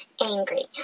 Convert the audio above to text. angry